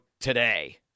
today